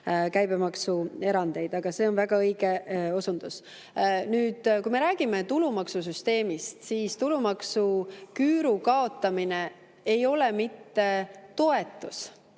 käibemaksuerandeid. Aga see on väga õige osundus. Nüüd, kui me räägime tulumaksusüsteemist, siis tulumaksuküüru kaotamine ei ole toetus.